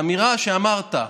האמירה שאמרת,